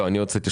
לא, אני הוצאתי